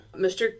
Mr